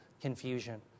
confusion